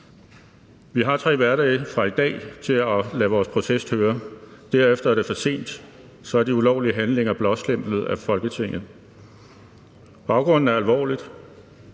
Vi har 3 hverdage fra i dag til at lade vores proces køre. Derefter er det for sent. Så er de ulovlige handlinger blåstemplet af Folketinget. Baggrunden er alvorlig.